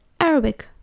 arabic